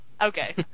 Okay